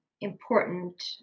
important